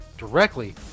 directly